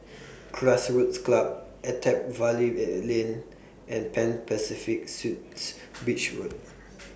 Grassroots Club Attap Valley Lane and Pan Pacific Suites Beach Road